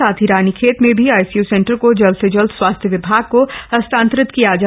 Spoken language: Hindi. साथ ही रानीखेत में भी आईसीयू सेन्टर को जल्द से जल्द स्वास्थ्य विभाग को हस्तान्तरित किया जाए